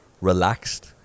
relaxed